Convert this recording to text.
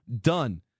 done